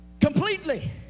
completely